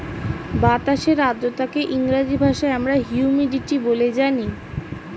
বাতাসের আর্দ্রতাকে ইংরেজি ভাষায় আমরা হিউমিডিটি বলে জানি